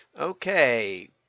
Okay